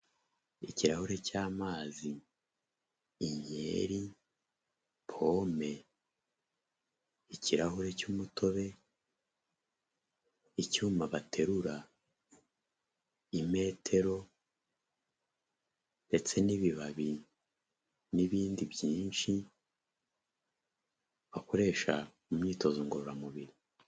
Ikirahure cy'amazi, inyeri, pome, ikirahure cy' umutobe, icyuma baterura, imetero, ndetse n'ibibabi, n'ibindi byinshi bakoresha mu imyitozo ngororamubiri.